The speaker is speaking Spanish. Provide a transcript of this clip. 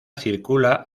circula